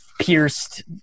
pierced